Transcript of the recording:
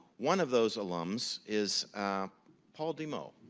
one of those alums is paul dimoh,